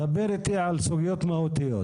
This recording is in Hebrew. דבר איתי על סוגיות מהותיות.